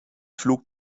flug